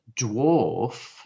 dwarf